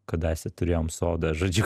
kadaise turėjom sodą žodžiu